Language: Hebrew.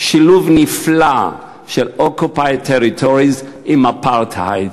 שילוב נפלא של occupied territories עם apartheid.